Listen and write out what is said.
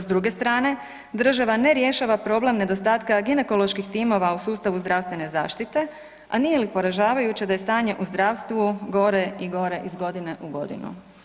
S druge strane, država ne rješava problem nedostatka ginekoloških timova u sustavu zdravstvene zaštite, a nije li poražavajuće da je stanje u zdravstvu gore i gore iz godine u godinu.